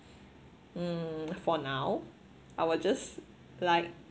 mm for now I will just like